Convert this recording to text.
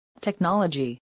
Technology